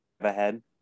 ahead